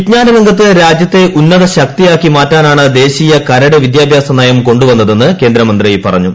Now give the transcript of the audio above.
വിജ്ഞാന രംഗത്ത് രാജ്യത്തെ ഉന്നത ശക്തയാക്കി മാറ്റാനാണ് ദേശീയ കരട് വിദ്യാഭ്യാസ നയം കൊണ്ടുവന്നതെന്ന് കേന്ദ്രമന്ത്രി പറഞ്ഞു